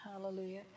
Hallelujah